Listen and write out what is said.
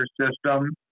system